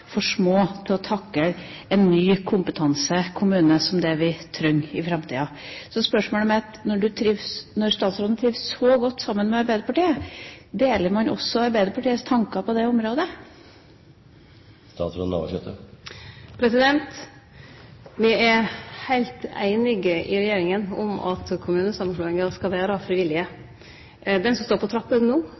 for små til å takle en ny kompetansekommune, som er det vi trenger i framtida. Så til spørsmålet mitt: Når statsråden trives så godt i samarbeid med Arbeiderpartiet, deler man også Arbeiderpartiets tanker på det området? Me er heilt einige i regjeringa om at kommunesamanslåingar skal vere frivillige. Der det står på